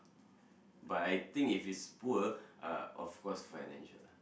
but I think if it's poor uh of course financial lah